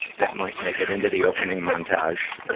that might make it into the opening montage